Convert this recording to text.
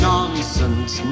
Nonsense